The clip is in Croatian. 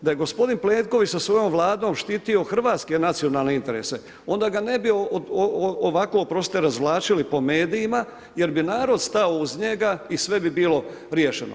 Da je gospodin Plenković sa svojom Vladom štitio hrvatske nacionalne interese, onda ga ne bi ovako razvlačili po medijima jer bi narod stao uz njega i sve bi bilo riješeno.